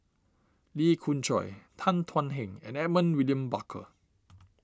Lee Khoon Choy Tan Thuan Heng and Edmund William Barker